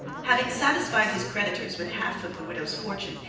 having satisfied his creditors with half of the widow's fortune,